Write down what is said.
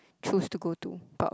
choose to go to but